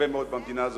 הרבה מאוד במדינה הזאת,